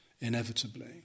inevitably